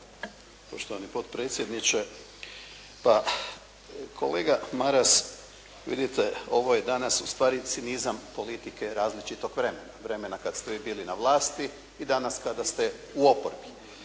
Poštovani potpredsjedniče. Pa kolega Maras vidite ovo je danas ustvari cinizam politike različitog vremena. Vremena kad ste vi bili na vlasti i danas kada ste u oporbi.